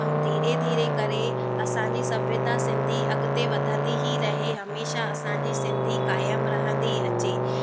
ऐं धीरे धीरे करे असांजी सभ्यता सिंधी अॻिते वधंदी ई रहे हमेशह असांजी सिंधी क़ाइमु रहंदी अचे